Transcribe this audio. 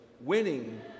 Winning